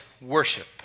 worship